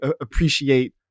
appreciate